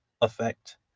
effect